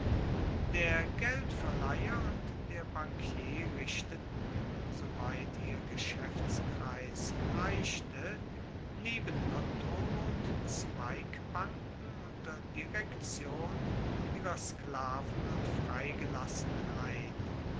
der geldverleiher und der bankier richteten soweit ihr geschaeftskreis reichte nebenkontore und zweigbanken unter direktion ihrer sklaven und freigelassenen ein